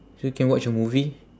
so you can watch a movie